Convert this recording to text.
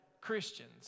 Christians